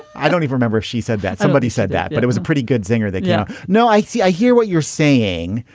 i don't even remember she said that somebody said that. but it was a pretty good zinger there. yeah. no i see i hear what you're saying.